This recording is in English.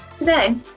Today